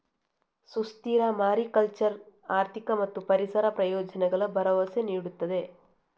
ಸುಸ್ಥಿರ ಮಾರಿಕಲ್ಚರ್ ಆರ್ಥಿಕ ಮತ್ತು ಪರಿಸರ ಪ್ರಯೋಜನಗಳ ಭರವಸೆ ನೀಡುತ್ತದೆ